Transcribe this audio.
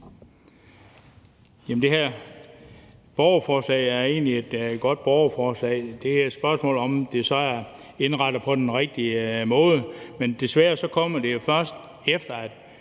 Det her borgerforslag er egentlig et godt borgerforslag. Det er et spørgsmål om, om det så er indrettet på den rigtige måde. Men desværre kommer det jo først, efter